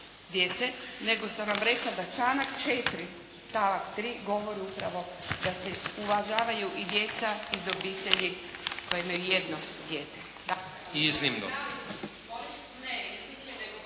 djece, nego sam vam rekla da članak 4. stavak 3. govori upravo da se uvažavaju i djeca iz obitelji koje imaju jedno dijete.